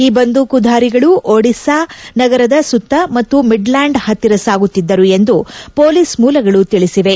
ಈ ಬಂದೂಕುಧಾರಿಗಳು ಒಡೆಸ್ಸಾ ನಗರದ ಸುತ್ತ ಮತ್ತು ಮಿಡ್ಲ್ಯಾಂಡ್ ಹತ್ತಿರ ಸಾಗುತ್ತಿದ್ದರು ಎಂದು ಪೊಲೀಸ್ ಮೂಲಗಳು ತಿಳಿಸಿವೆ